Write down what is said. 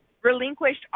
relinquished